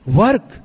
Work